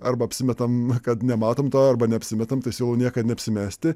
arba apsimetam kad nematom to arba neapsimetam tas jau niekad neapsimesti